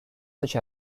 such